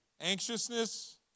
Anxiousness